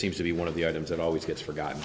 seems to be one of the items that always gets forgotten